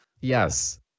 yes